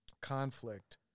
conflict